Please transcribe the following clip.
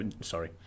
sorry